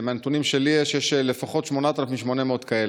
מהנתונים שיש לי יש לפחות 8,800 כאלה.